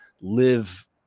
live